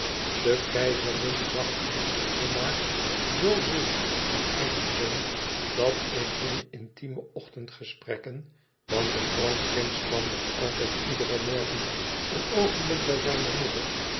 de keizerin zag in othomar zoo zeer haar eigen zoon dat in hunne intieme ochtendgesprekken want de kroonprins kwam nog altijd iederen morgen een oogenblik bij zijne moeder